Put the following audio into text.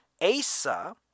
Asa